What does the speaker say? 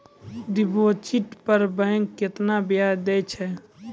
Deposit पर bank केतना ब्याज दै छै?